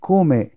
Come